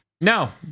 No